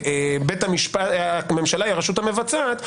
"הממשלה היא הרשות המבצעת",